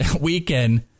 weekend